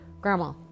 Grandma